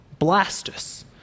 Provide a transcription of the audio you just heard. Blastus